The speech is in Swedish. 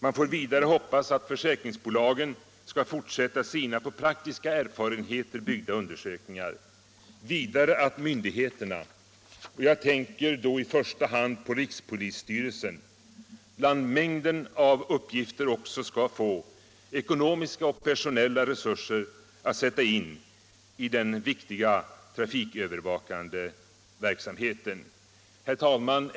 Man får vidare hoppas att försäkringsbolagen fortsätter sina på praktiska erfarenheter byggda undersökningar samt att myndigheterna — jag tänker då i första hand på rikspolisstyrelsen —- bland mängden av uppgifter också får ekonomiska och personella resurser att sätta in i den viktiga trafikövervakande verksamheten. Herr talman!